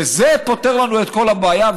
וזה פותר לנו את כל הבעיה,